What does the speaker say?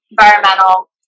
environmental